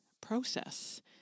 process